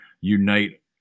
unite